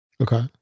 Okay